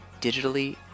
digitally